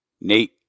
Nate